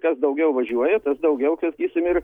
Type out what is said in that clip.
kas daugiau važiuoja tas daugiau tvarkysim ir